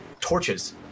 torches